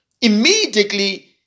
immediately